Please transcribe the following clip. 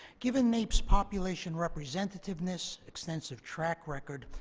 given naep's population representativeness, expensive track record,